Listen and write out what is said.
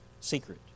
secret